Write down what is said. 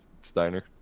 Steiner